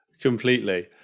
Completely